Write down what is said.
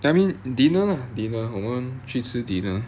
I mean dinner dinner 我们去吃 dinner